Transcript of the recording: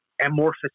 amorphous